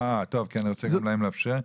אה, טוב, כי אני רוצה גם להם לאפשר.